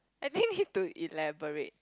I think need to elaborate